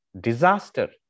disaster